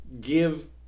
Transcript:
give